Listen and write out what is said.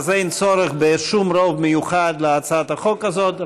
אז אין צורך בשום רוב מיוחד להצעת החוק הזאת,